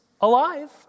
alive